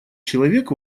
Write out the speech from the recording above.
человек